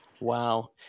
Wow